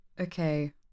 Okay